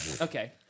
Okay